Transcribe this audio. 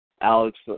Alex